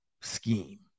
scheme